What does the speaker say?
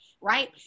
right